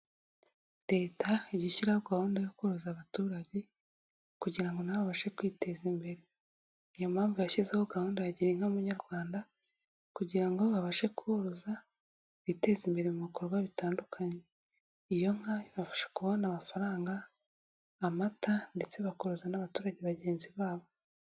Leta ijya igishyiraho gahunda yo koroza abaturage kugira ngo, na bo abashe kwiteza imbere, NIyo mpamvu yashyizeho gahunda ya gira inka munyarwanda, kugira ngo babashe koroza biteze imbere mu bikorwa bitandukanye, iyo nka ibafasha kubona amafaranga, amata ndetse bakoroza n'abaturage bagenzi babo.